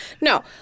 No